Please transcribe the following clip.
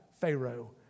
Pharaoh